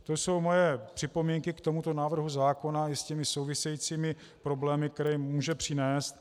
To jsou moje připomínky k tomuto návrhu zákona i se souvisejícími problémy, které může přinést.